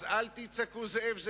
אל תצעקו זאב,